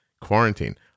quarantine